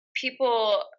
people